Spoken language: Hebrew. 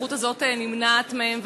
והזכות הזאת נמנעת מהן,